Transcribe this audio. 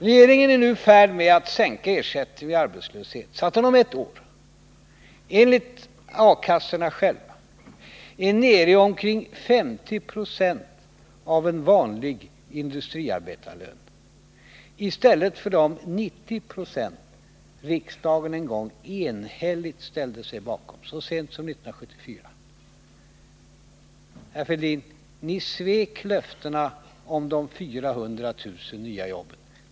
Regeringen är nu i färd med att sänka ersättningen vid arbetslöshet så att deninom ett år, enligt A-kassorna själva, är nere i omkring 50 96 av en vanlig industriarbetarlön i stället för de 90 20 riksdagen en gång enhälligt ställde sig bakom, och det var så sent som 1974. Herr Fälldin! Ni svek löftet om de 400 000 nya jobben.